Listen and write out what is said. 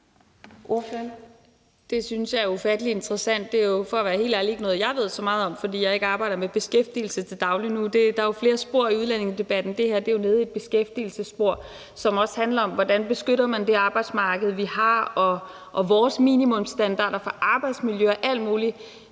Det synes jeg er ufattelig interessant. Det er jo for at være helt ærlig ikke noget, jeg ved så meget om, fordi jeg ikke arbejder med beskæftigelse til daglig. Der er flere spor i udlændingedebatten, og det her er jo nede ad et beskæftigelsesspor, som også handler om, hvordan man beskytter det arbejdsmarked, vi har, vores minimumsstandarder for arbejdsmiljø og alt muligt